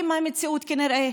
מהמציאות, כנראה.